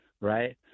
right